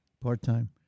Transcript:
part-time